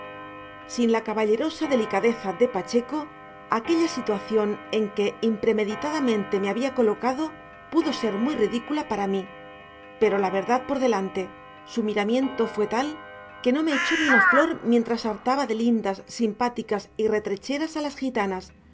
sin la caballerosa delicadeza de pacheco aquella situación en que impremeditadamente me había colocado pudo ser muy ridícula para mí pero la verdad por delante su miramiento fue tal que no me echó ni una flor mientras hartaba de lindas simpáticas y retrecheras a las gitanas